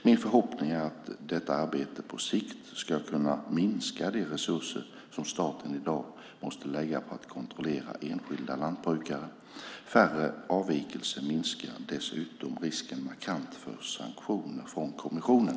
Min förhoppning är att detta arbete på sikt ska kunna minska de resurser som staten i dag måste lägga på att kontrollera enskilda lantbrukare. Färre avvikelser minskar dessutom risken markant för sanktioner från kommissionen.